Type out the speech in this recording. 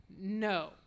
no